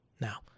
Now